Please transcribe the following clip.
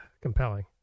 compelling